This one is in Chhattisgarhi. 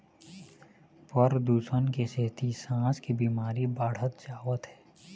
परदूसन के सेती सांस के बिमारी बाढ़त जावत हे